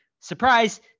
Surprise